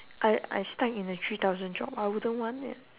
I I stuck in a three thousand job I wouldn't want it